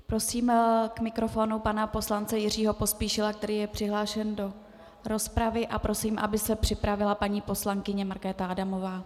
Prosím k mikrofonu pana poslance Jiřího Pospíšila, který je přihlášen do rozpravy, a prosím, aby se připravila paní poslankyně Markéta Adamová.